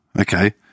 Okay